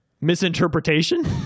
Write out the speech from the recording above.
misinterpretation